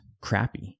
crappy